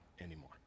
anymore